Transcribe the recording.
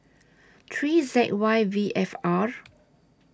three Z Y V F R